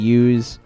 use